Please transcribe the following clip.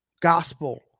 gospel